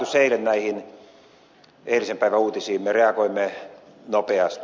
hallitus näihin eilisen päivän uutisiin reagoi nopeasti